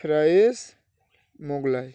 rice Mughlai